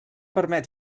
permet